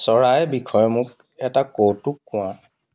চৰাইৰ বিষয়ে মোক এটা কৌতুক কোৱা